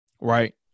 Right